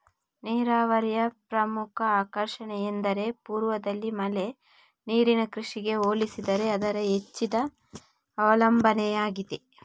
ನೀರಾವರಿಯ ಪ್ರಮುಖ ಆಕರ್ಷಣೆಯೆಂದರೆ ಪೂರ್ವದಲ್ಲಿ ಮಳೆ ನೀರಿನ ಕೃಷಿಗೆ ಹೋಲಿಸಿದರೆ ಅದರ ಹೆಚ್ಚಿದ ಅವಲಂಬನೆಯಾಗಿದೆ